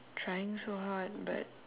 trying so hard but